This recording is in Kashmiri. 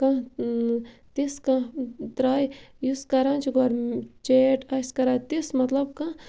کانٛہہ تِژھ کانٛہہ تراے یُس کَران چھِ گۄڈٕ چیٹ آسہِ کَران تِژھ مَطلَب کانٛہہ